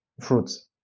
fruits